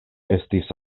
estis